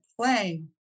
play